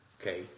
okay